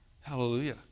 Hallelujah